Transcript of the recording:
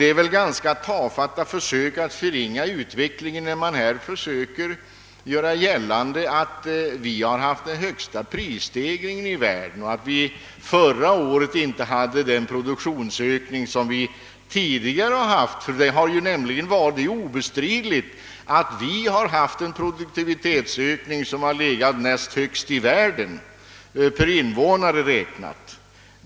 Det är väl ganska tafatt att försöka förringa betydelsen av utvecklingen, när man här försöker göra gällande att vi haft den högsta prisstegringen i världen och att vi förra året inte hade den produktionsökning som vi tidigare haft. Det är obestridligt att vi haft en produktivitet som per invånare räknat legat näst högst i världen.